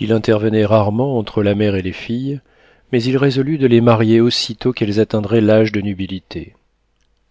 il intervenait rarement entre la mère et les filles mais il résolut de les marier aussitôt qu'elles atteindraient l'âge de nubilité